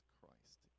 Christ